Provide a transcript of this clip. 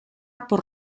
por